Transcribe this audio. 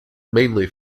mainly